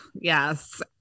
yes